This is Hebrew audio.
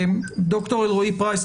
דוקטור אלרעי פרייס,